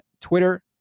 Twitter